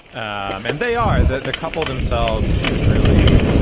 and they are the the couple themselves is really